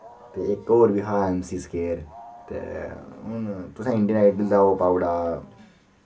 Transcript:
ते इक होर बी ऐ हा एम सी स्केयर ते हुन तुसें इंडियन आइडल दा ओह् पाई ओड़ा